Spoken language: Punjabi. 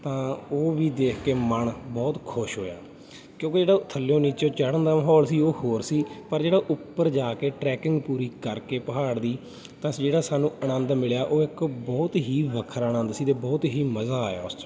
ਤਾਂ ਉਹ ਵੀ ਦੇਖ ਕੇ ਮਨ ਬਹੁਤ ਖੁਸ਼ ਹੋਇਆ ਕਿਉਂਕਿ ਜਿਹੜਾ ਥੱਲਿਓਂ ਨੀਚਿਓਂ ਚੜ੍ਹਨ ਦਾ ਮਾਹੌਲ ਸੀ ਉਹ ਹੋਰ ਸੀ ਪਰ ਜਿਹੜਾ ਉੱਪਰ ਜਾ ਕੇ ਟਰੈਕਿੰਗ ਪੂਰੀ ਕਰਕੇ ਪਹਾੜ ਦੀ ਤਾਂ ਜਿਹੜਾ ਸਾਨੂੰ ਆਨੰਦ ਮਿਲਿਆ ਉਹ ਇੱਕ ਬਹੁਤ ਹੀ ਵੱਖਰਾ ਅਨੰਦ ਸੀ ਅਤੇ ਬਹੁਤ ਹੀ ਮਜ਼ਾ ਆਇਆ ਉਸ 'ਚ